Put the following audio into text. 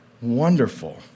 wonderful